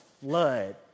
flood